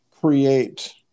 create